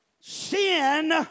Sin